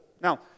Now